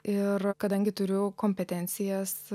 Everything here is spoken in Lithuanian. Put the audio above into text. ir kadangi turiu kompetencijos